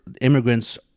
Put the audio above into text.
immigrants